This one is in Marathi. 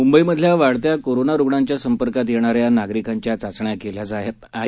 मुंबईमधल्या वाढत्या कोरोना रुग्णांच्या संपर्कात येणाऱ्या नारिकांच्या चाचण्या केल्या जात आहेत